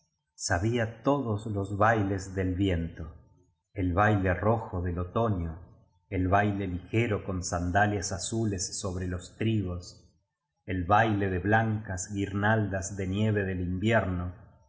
bía todos los bailes del viento el baile rojo del otoño el baile ligero con sandalias azules sobre los trigos el baile de blancas guirnaldas de nieve del invierno